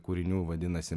kūrinių vadinasi